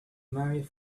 marry